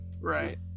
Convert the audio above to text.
Right